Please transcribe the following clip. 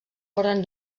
foren